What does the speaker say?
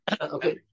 okay